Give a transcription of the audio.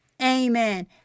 Amen